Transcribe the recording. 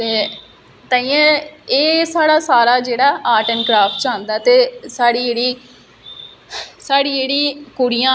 कि उनेंगी पिच्छो दा कोई मोटीवेशन नेईं होंदी ऐ कोई पुच्छदा केह् करदे हो लोक आक्खदे अस आटिस्ट आं ड्रांइग करने आं